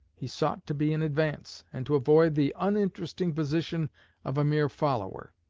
he sought to be in advance, and to avoid the uninteresting position of a mere follower.